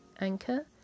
Anchor